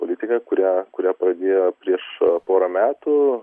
politiką kurią kurią pradėjo prieš porą metų